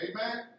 Amen